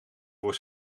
voor